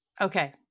Okay